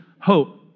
hope